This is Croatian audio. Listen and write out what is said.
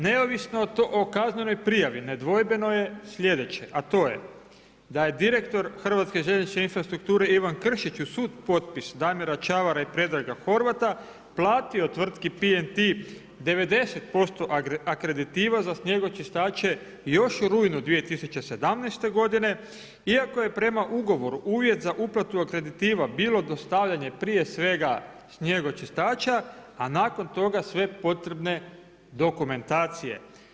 Neovisno o kaznenoj prijavi, nedvojbeno je slijedeće, a to je, da je direktor Hrvatske željezničke infrastrukture Ivan Kršić uz supotpis Damira Ćavara i Predraga Horvata platio tvrtki PNT 90% akreditiva, za snijegočistače, još u rujnu 2017. g. iako je prema ugovoru, uvjet za uplatu akreditiva, bilo dostavljanja prije svega snijeg od čistača, a nakon toga, sve potrebne dokumentacije.